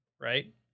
right